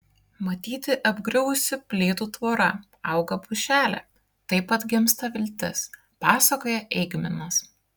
matyti apgriuvusi plytų tvora auga pušelė taip atgimsta viltis pasakoja eigminas